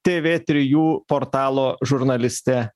tv trijų portalo žurnaliste